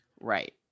Right